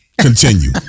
Continue